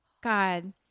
god